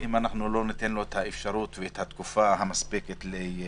לתת לו תקופה מספקת להתארגנות.